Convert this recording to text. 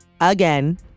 again